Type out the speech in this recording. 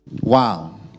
Wow